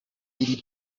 iri